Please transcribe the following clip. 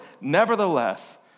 Nevertheless